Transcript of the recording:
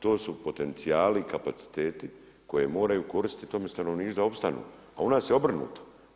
To su potencijali, kapaciteti koje moraju koristiti tome stanovništvu da opstanu, a u nas je obrnuto.